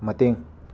ꯃꯇꯦꯡ